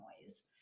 noise